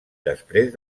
després